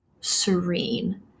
serene